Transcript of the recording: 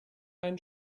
einen